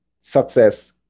success